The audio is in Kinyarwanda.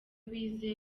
bize